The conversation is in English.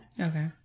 Okay